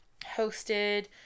hosted